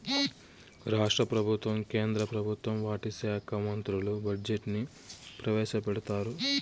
రాష్ట్ర ప్రభుత్వం కేంద్ర ప్రభుత్వం వాటి శాఖా మంత్రులు బడ్జెట్ ని ప్రవేశపెడతారు